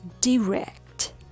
direct